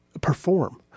perform